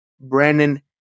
Brandon